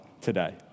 today